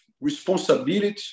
responsibility